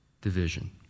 division